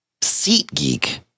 SeatGeek